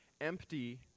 Empty